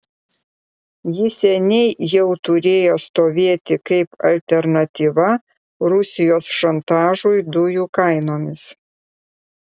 jis seniai jau turėjo stovėti kaip alternatyva rusijos šantažui dujų kainomis